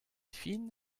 fin